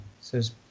says